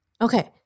Okay